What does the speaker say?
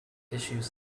issues